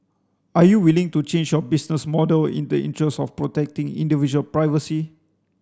are you willing to change your business model in the interest of protecting individual privacy